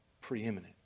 preeminent